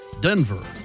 Denver